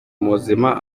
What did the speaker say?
muzima